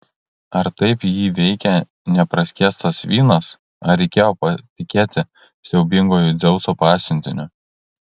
ar taip jį veikė nepraskiestas vynas ar reikėjo patikėti siaubinguoju dzeuso pasiuntiniu